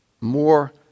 more